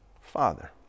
father